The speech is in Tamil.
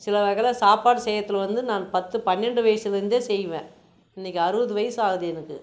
சில வகைல சாப்பாடு செய்யறத்தில் வந்து நான் பத்து பன்னெண்டு வயிசுலந்தே செய்வேன் இன்னிக்கு அறுபது வயிசாவுது எனக்கு